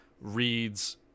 reads